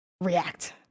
react